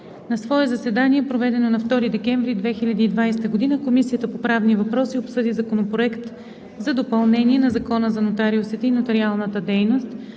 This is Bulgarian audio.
На свое заседание проведено на 2 декември 2020 г., Комисията по правни въпроси обсъди Законопроект за допълнение на Закона за нотариусите и нотариалната дейност,